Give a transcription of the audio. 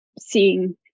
Seeing